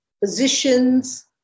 positions